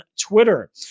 twitter